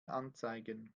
anzeigen